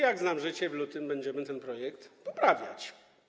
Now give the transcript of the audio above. Jak znam życie, w lutym będziemy ten projekt poprawiać.